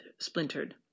splintered